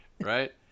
Right